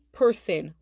person